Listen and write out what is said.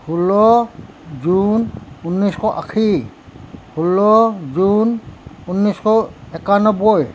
ষোল্ল জুন ঊনৈছশ আশী ষোল্ল জুন ঊনৈছশ একান্নৱৈ